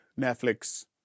Netflix